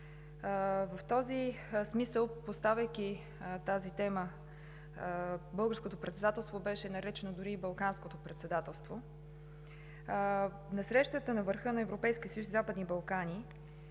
В този смисъл, поставяйки тази тема, Българското председателство беше наречено дори и Балканското председателство. На Срещата на върха на Европейския съюз и Западните Балкани